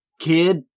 Kid